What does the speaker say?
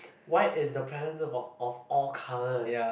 white is the presence of of all colours